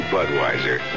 Budweiser